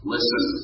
Listen